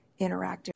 interactive